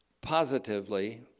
positively